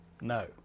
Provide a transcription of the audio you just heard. No